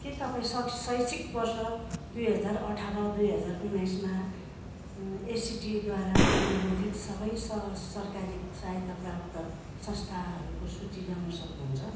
के तपाईँ शैक्षिक वर्ष दुई हजार अठार दुई हजार उन्नाइसमा एसिटीद्वारा अनुमोदित सबै सरकारी सहायता प्राप्त संस्थाहरूको सूची ल्याउन सक्नुहुन्छ